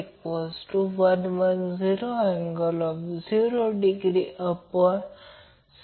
आता line voltage हे त्यांच्या संबंधित फेज व्होल्टेजला 30° ने लीड करते जे आपण त्यांच्या फेजर आकृतीवरून देखील पाहू शकतो